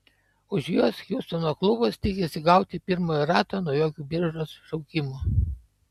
už juos hjustono klubas tikisi gauti pirmojo rato naujokų biržos šaukimų